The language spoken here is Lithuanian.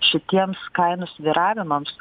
šitiems kainų svyravimams